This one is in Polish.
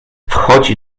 wchodzi